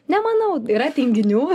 nemanau yra tinginių